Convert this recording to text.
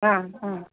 हा हा